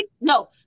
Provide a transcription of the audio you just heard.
no